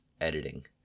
editing